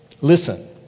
Listen